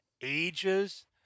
ages